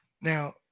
Now